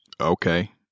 Okay